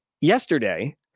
yesterday